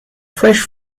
fresh